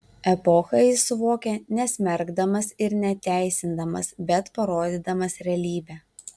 epochą jis suvokia nesmerkdamas ir neteisindamas bet parodydamas realybę